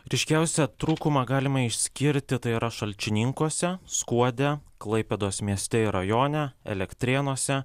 ryškiausią trūkumą galima išskirti tai yra šalčininkuose skuode klaipėdos mieste ir rajone elektrėnuose